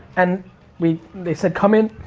and we, they said come in,